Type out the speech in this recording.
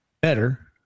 better